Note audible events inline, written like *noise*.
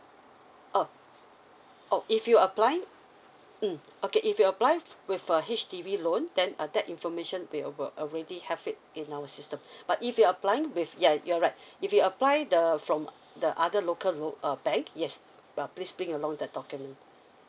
oh oh if you applying mm okay if you apply with a H_D_B loan then uh that information we will al~ already have it in our system *breath* but if you're applying with yeah you're right *breath* if you apply the from the other local loan uh bank yes uh please bring along the document